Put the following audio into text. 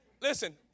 listen